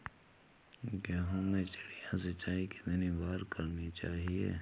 गेहूँ में चिड़िया सिंचाई कितनी बार करनी चाहिए?